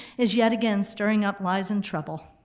is yet again stirring up lies and trouble.